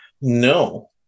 no